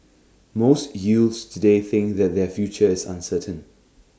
most youths today think that their future is uncertain